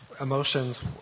emotions